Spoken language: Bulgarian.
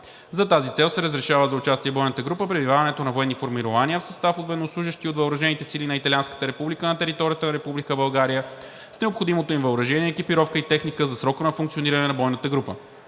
За тази цел се разрешава за участие в бойната група пребиваването на военни формирования в състав от военнослужещи от въоръжените сили на Италианската република на територията на Република България с необходимото им въоръжение, екипировка и техника за срока на функциониране на бойната група.